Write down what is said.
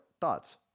thoughts